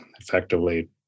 effectively